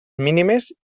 mínimes